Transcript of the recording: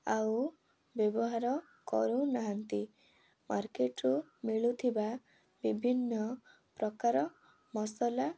ଆଉ ବ୍ୟବହାର କରୁନାହାନ୍ତି ମାର୍କେଟ୍ରୁ ମିଳୁଥିବା ବିଭିନ୍ନପ୍ରକାର ମସଲା